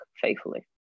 faithfully